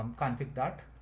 um config, dot,